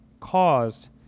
Caused